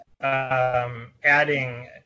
adding